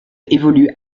évolue